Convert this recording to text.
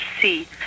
see